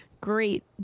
great